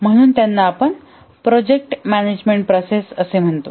म्हणून त्यांना आपण प्रोजेक्ट मॅनेजमेंट प्रोसेस म्हणतो